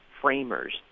framers